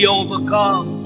overcome